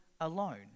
alone